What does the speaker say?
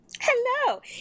Hello